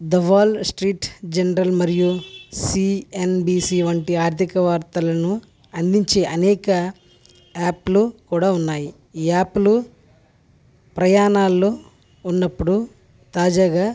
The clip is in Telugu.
ద వరల్డ్ స్ట్రీట్ జనరల్ మరియు సిఎన్ బి సి వంటి ఆర్థిక వార్తలను అందించి అనేక యాప్లు కూడా ఉన్నాయి ఈ యాప్లు ప్రయాణాల్లో ఉన్నప్పుడు తాజాగా